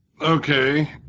Okay